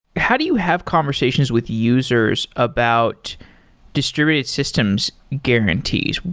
how do you have conversations with users about distributed systems guarantees?